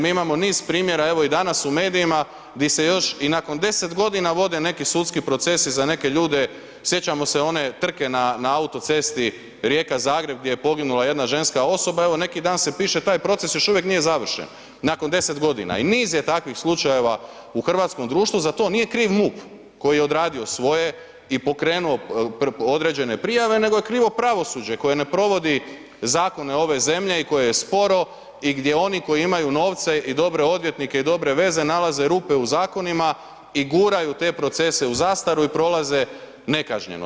Mi imamo niz primjera, evo i danas u medijima di se još i nakon 10.g. vode neki sudski procesi za neke ljude, sjećamo se one trke na autocesti Rijeka-Zagreb gdje je poginula jedna ženska osoba i evo neki dan se piše, taj proces još uvijek nije završen nakon 10.g. i niz je takvih slučajeva u hrvatskom društvu, za to nije kriv MUP koji je odradio svoje i pokrenuo određene prijave, nego je krivo pravosuđe koje ne provodi zakone ove zemlje i koje je sporo i gdje oni koji imaju novce i dobre odvjetnike i dobre veze nalaze rupe u zakonima i guraju te procese u zastaru i prolaze nekažnjeno.